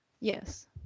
Yes